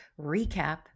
Recap